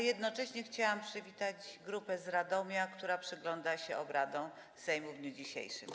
Jednocześnie chciałabym przywitać grupę z Radomia, która przygląda się obradom Sejmu w dniu dzisiejszym.